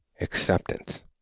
acceptance